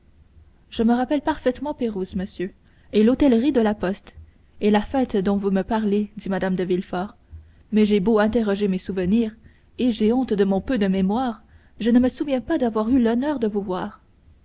je me rappelle parfaitement pérouse monsieur et l'hôtellerie de la poste et la fête dont vous me parlez dit mme de villefort mais j'ai beau interroger mes souvenirs et j'ai honte de mon peu de mémoire je ne me souviens pas d'avoir eu l'honneur de vous voir